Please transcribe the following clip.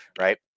Right